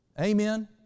Amen